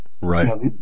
Right